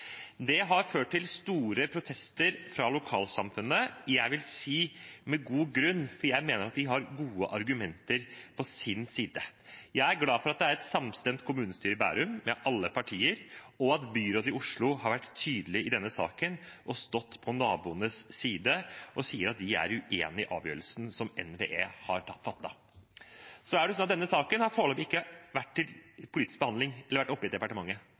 Det har ført til store protester fra lokalsamfunnene – med god grunn, vil jeg si, for jeg mener at de har gode argumenter på sin side. Jeg er glad for at det er et samstemt kommunestyre i Bærum, med alle partier, og for at byrådet i Oslo har vært tydelige i denne saken og stått på naboenes side og sier at de er uenig i avgjørelsen som NVE har fattet. Så er det slik at denne saken foreløpig ikke har vært til politisk behandling, eller vært oppe i departementet.